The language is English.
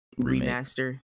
remaster